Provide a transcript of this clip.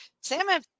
Sam